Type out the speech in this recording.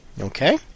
Okay